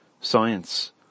science